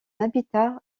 habitat